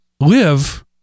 live